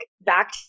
back